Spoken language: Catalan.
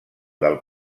del